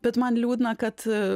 bet man liūdna kad